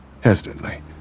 hesitantly